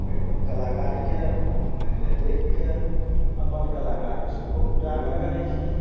कलाकारीके मानि लिअ देखके अपन कलाकारी सेहो उजागर करै छी